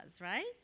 right